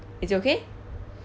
is it okay